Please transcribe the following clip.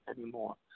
anymore